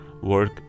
work